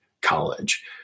college